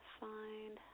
find